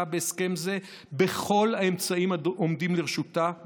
בהסכם זה בכל האמצעים העומדים לרשותה,